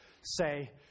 say